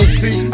see